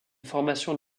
formation